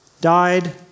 died